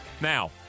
Now